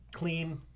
Clean